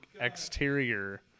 exterior